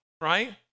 right